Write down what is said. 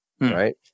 right